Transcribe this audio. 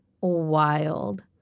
wild